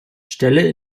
stelle